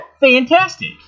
fantastic